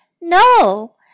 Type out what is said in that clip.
No